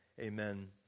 Amen